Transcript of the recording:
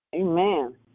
Amen